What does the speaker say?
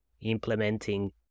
implementing